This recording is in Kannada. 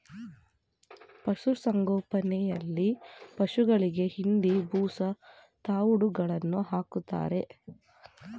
ಪಶುಸಂಗೋಪನೆಯಲ್ಲಿ ಪಶುಗಳಿಗೆ ಹಿಂಡಿ, ಬೂಸಾ, ತವ್ಡುಗಳನ್ನು ಹಾಕ್ತಾರೆ